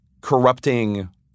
corrupting